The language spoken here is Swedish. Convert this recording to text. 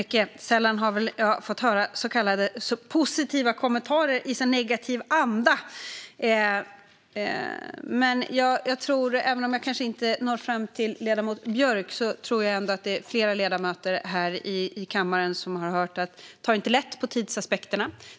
Fru talman! Sällan har jag väl fått höra så kallade positiva kommentarer i en så negativ anda, men även om jag kanske inte når fram till ledamoten Björck tror jag att det är flera ledamöter här i kammaren som har hört att jag inte tar lätt på tidsaspekterna.